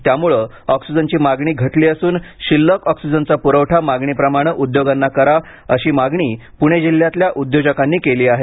त्यामुळे ऑक्सिजनची मागणी घटली असून शिल्लक ऑक्सिजनचा पुरवठा मागणीप्रमाणे उद्योगांना करा अशी मागणी पुणे जिल्ह्यातल्या उद्योजकांनी केली आहे